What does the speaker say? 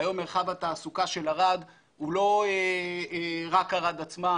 היום מרחב התעסוקה של ערד הוא לא רק ערד עצמה.